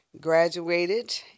graduated